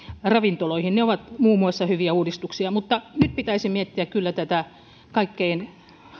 ravintoloihin ne ovat muun muassa hyviä uudistuksia mutta nyt pitäisi miettiä kyllä tätä kaikkein